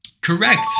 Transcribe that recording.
Correct